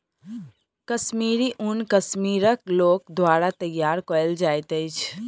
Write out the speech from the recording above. कश्मीरी ऊन कश्मीरक लोक द्वारा तैयार कयल जाइत अछि